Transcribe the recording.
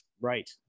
Right